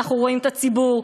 אנחנו רואים את הציבור,